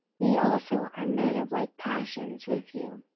we also are men of like passions with you,